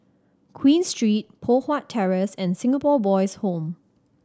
Queen Street Poh Huat Terrace and Singapore Boys' Home